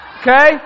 Okay